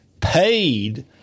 paid